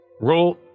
Roll